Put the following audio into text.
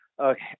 okay